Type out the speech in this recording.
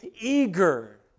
eager